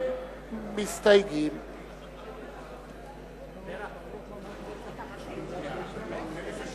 שידורי רדיו של צבא-הגנה לישראל (שידורי